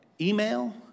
Email